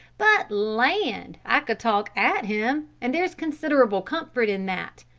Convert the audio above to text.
but land, i could talk at him, and there's considerable comfort in that.